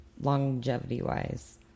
longevity-wise